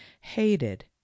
hated